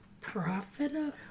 profitable